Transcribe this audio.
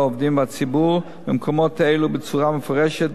העובדים והציבור במקומות האלו בצורה מפורשת,